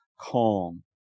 calm